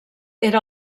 era